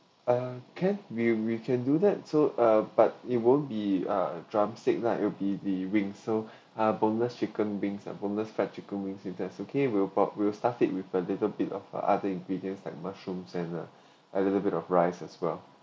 ah can we we can do that so uh but it won't be uh drumstick right it will be the wings so uh boneless chicken wings and boneless fried chicken wings if that's okay we will pro~ we will start it with a little bit of uh other ingredients like mushroom and uh a little bit of rice as well